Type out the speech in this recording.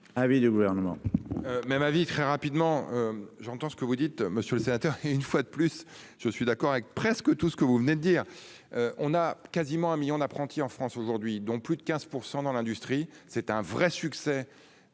oui du gouvernement. Même avis très rapidement. J'entends ce que vous dites monsieur le sénateur, et une fois de plus, je suis d'accord avec presque tout ce que vous venez de dire. On a quasiment un million d'apprentis en France aujourd'hui, dont plus de 15% dans l'industrie, c'est un vrai succès